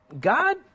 God